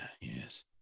yes